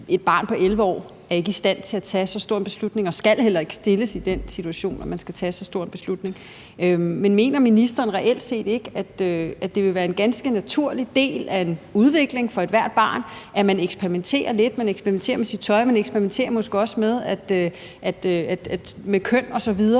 et barn på 11 år er ikke i stand til at tage så stor en beslutning og skal heller ikke stilles i den situation at skulle tage så stor en beslutning. Men mener ministeren reelt set ikke, at det er en ganske naturlig del af en udvikling for ethvert barn, at man eksperimenterer lidt, at man eksperimenterer med sit tøj, og at man måske også eksperimenterer med køn osv.,